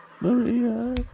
Maria